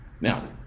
Now